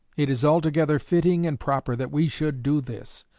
it is altogether fitting and proper that we should do this.